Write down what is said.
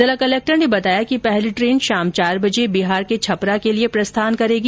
जिला कलक्टर ने बताया कि पहली ट्रेन शाम चार बजे बिहार के छपरा के लिए प्रस्थान करेगी